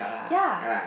ya